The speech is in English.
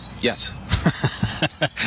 Yes